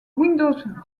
windows